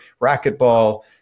racquetball